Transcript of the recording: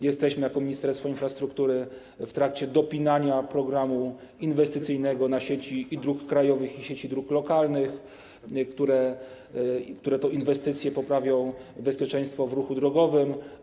Jesteśmy jako Ministerstwo Infrastruktury w trakcie dopinania programu inwestycyjnego na sieci i dróg krajowych, i sieci dróg lokalnych, które to inwestycje poprawią bezpieczeństwo w ruchu drogowym.